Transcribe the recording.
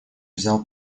взял